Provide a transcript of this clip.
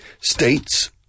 States